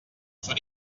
són